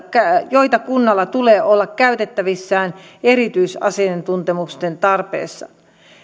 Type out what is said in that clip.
joita kunnalla tulee olla käytettävissään erityisasiantuntemusten tarpeessa